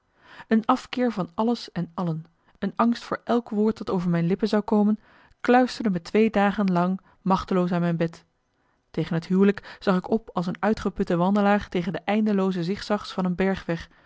een afkeer van alles en allen een angst voor elk woord dat over mijn lippen zou komen kluisterde me twee dagen lang machteloos aan mijn bed tegen het huwelijk zag ik op als een uitgeputte wandelaar tegen de eindelooze zigzags van een bergweg